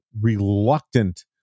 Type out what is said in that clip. reluctant